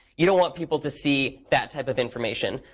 you don't want people to see that type of information.